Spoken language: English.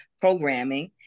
programming